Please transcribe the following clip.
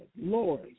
Lord